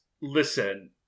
listen